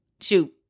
Shoot